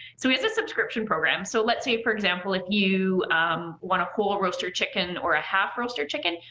so he has a subscription program, so let's say for example, if you want a whole roaster chicken or a half roaster chicken,